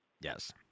Yes